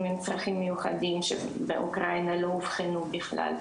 עם צרכים מיוחדים שבאוקראינה לא אובחנו בכלל,